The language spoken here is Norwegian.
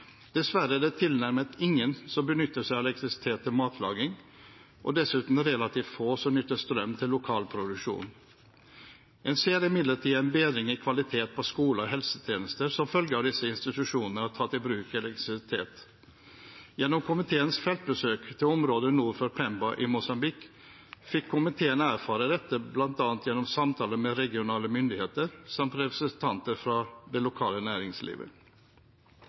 Dessverre er det tilnærmet ingen som benytter seg av elektrisitet til matlaging, og dessuten relativt få som nytter strøm til lokal produksjon. En ser imidlertid en bedring i kvalitet på skole- og helsetjenester som følge av at disse institusjonene har tatt i bruk elektrisitet. Gjennom komiteens feltbesøk til området nord for Pemba i Mosambik fikk komiteen erfare dette bl.a. gjennom samtaler med regionale myndigheter samt representanter for det lokale næringslivet.